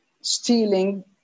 stealing